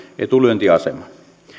etulyöntiaseman